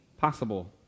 possible